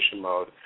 mode